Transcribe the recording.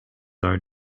are